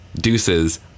deuces